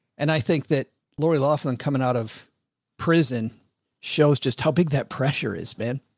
and i think that lori loughlin coming out of prison shows just how big that pressure is, man.